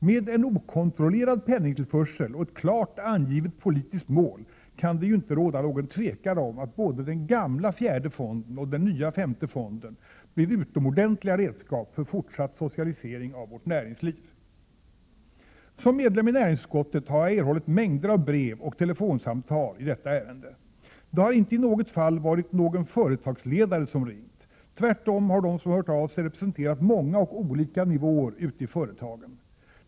Med en okontrollerad penningtillförsel och ett klart angivet politiskt mål kan det ju inte råda något tvivel om att både den ”gamla” fjärde fonden och den nya femte fonden blir utomordentliga redskap för fortsatt socialisering av vårt näringsliv. Som ledamot av näringsutskottet har jag erhållit mängder av brev och telefonsamtal i detta ärende. Det har inte i något fall varit någon företagsle Prot. 1987/88:138 <daresom ringt - tvärtom har de som hört av sig representerat många och olika nivåer ute i företagen.